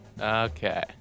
Okay